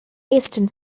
eastern